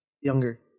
younger